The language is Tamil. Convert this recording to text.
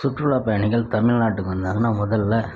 சுற்றுலா பயணிகள் தமிழ்நாட்டுக்கு வந்தாங்கன்னா முதல்ல